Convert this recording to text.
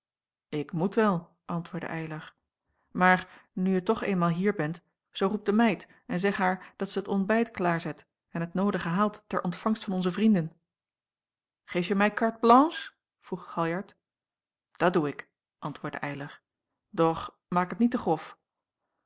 ik moet wel antwoordde eylar maar nu je toch eenmaal hier bent zoo roep de meid en zeg haar dat zij het ontbijt klaarzet en het noodige haalt ter ontvangst van onze vrienden geefje mij carte blanche vroeg galjart dat doe ik antwoordde eylar doch maak het niet te grof